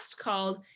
called